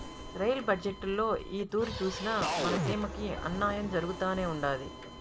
rail బజ్జెట్టులో ఏ తూరి సూసినా మన సీమకి అన్నాయం జరగతానే ఉండాది